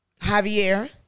Javier